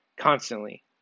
Constantly